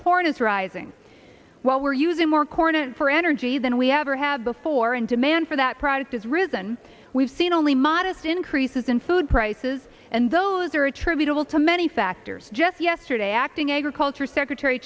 corn is rising while we're using more corn for energy than we ever had before and demand for that product has risen we've seen only modest increases in food prices and those are attributable to many factors just yesterday acting agriculture secretary